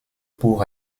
pour